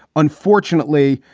unfortunately,